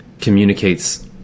communicates